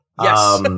Yes